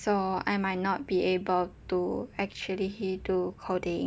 so I might not be able to actually do coding